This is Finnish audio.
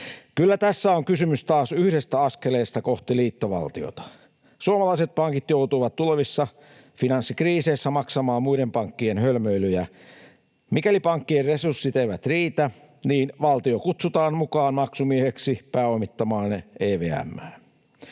Kyllä tässä on kysymys taas yhdestä askeleesta kohti liittovaltiota. Suomalaiset pankit joutuvat tulevissa finanssikriiseissä maksamaan muiden pankkien hölmöilyjä. Mikäli pankkien resurssit eivät riitä, niin valtio kutsutaan mukaan maksumieheksi pääomittamaan EVM:ää.